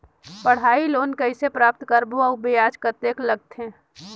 पढ़ाई लोन कइसे प्राप्त करबो अउ ब्याज कतेक लगथे?